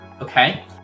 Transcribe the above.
Okay